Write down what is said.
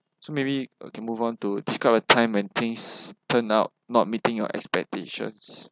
so maybe uh can move on to describe a time when things turn out not meeting your expectations